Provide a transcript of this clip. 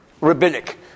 rabbinic